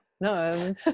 No